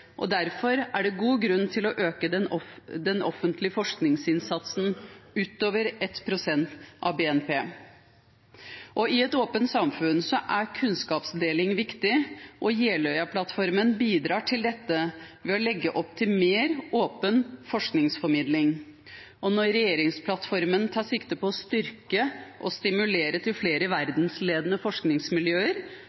og derfor er det god grunn til å øke den offentlige forskningsinnsatsen utover 1 pst. av BNP. I et åpent samfunn er kunnskapsdeling viktig, og Jeløya-plattformen bidrar til dette ved å legge opp til mer åpen forskningsformidling. Når regjeringsplattformen tar sikte på å styrke og stimulere til flere